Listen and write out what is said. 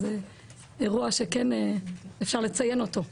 אז זה אירוע שכן אפשר לציין אותו.